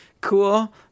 cool